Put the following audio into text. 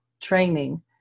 training